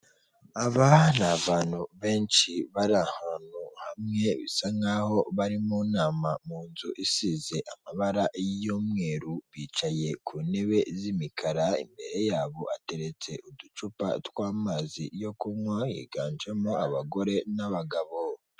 Aba ni abantu benshi bari ahantu hamwe, bisa nk'aho bari mu nama mu nzu isize amabara y'umweru. Bicaye ku ntebe z'imikara, imbere yabo hateretse uducupa tw'amazi yo kunywa, higanjemo abagore n'abagabo.